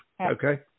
Okay